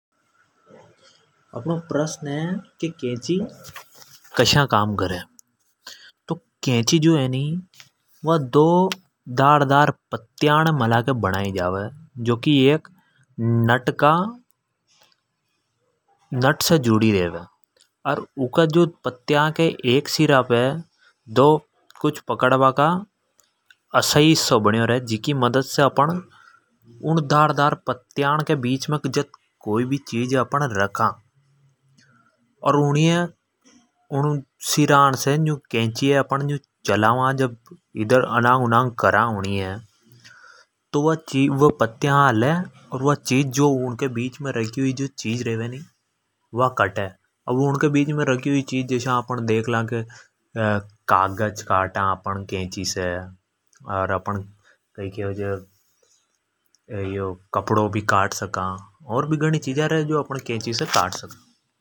अपनो प्रश्न है की कैची कसा काम करे। तो कैची जो है नी वा दो धारदार पत्या ण मला के बनाई जावे। जो की एक नट से जुड़ी रेवे। अर ऊँ का पत्या के एक सर पर दो कुछ पकड़ बा का असा ही हिस्सा बनो रेवे। जी की मदद से अप ण उन धारदार पत्या के बीच मे कोई भी चिज रखा तो उनी सिरा से कैची ये जद अपण चलवा तो ऊँ की पत्या हाले। और वा चिज जो उन के बीच मे रखी रेवे नी वा कटे। जस्या की अपण कागज़ काटा अपण कैची से कपडो भी काटा।